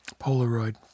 Polaroid